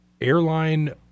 airline